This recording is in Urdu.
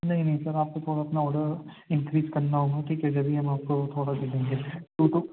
نہیں نہیں سر آپ کو تھوڑا اپنا آڈر انکریز کرنا ہوگا ٹھیک ہے جب ہی ہم آپ کوتھوڑا سا دیں گے تو ان کو